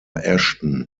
ashton